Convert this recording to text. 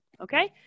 okay